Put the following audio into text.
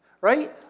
Right